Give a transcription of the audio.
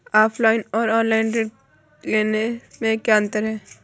Offline और online ऋण लेने में क्या अंतर है?